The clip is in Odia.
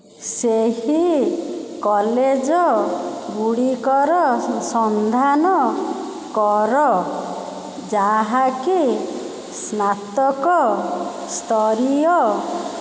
ସେହି କଲେଜଗୁଡ଼ିକର ସନ୍ଧାନ କର ଯାହାକି ସ୍ନାତକ ସ୍ତରୀୟ